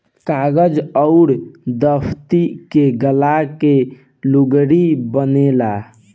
कागज अउर दफ़्ती के गाला के लुगरी बनेला